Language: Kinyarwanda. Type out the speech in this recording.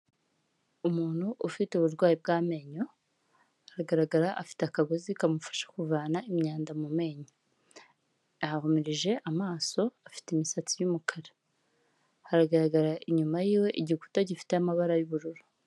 Umuntu ufite uburwayi bw'amenyo aragaragara afite akagozi kamufasha kuvana imyanda mu menyo. Ahumirije amaso, afite imisatsi y'umukara. Haragaragara inyuma y'iwe igikuta gifite amabara y'ubururu.